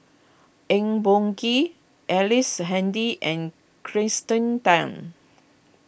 Eng Boh Kee Ellice Handy and Kirsten Tan